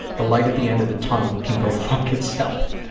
the light at the end of the tunnel can go fuck itself.